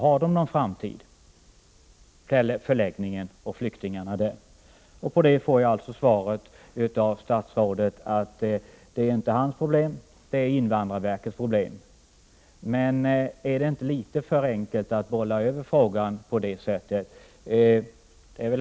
Har förläggningen och flyktingarna som befinner sig där någon framtid? På den frågan svarar statsrådet att det inte är hans problem utan invandrarverkets problem. Är det inte litet för enkelt att bolla över frågan på det sättet?